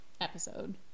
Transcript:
episode